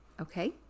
Okay